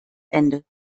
ende